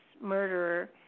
murderer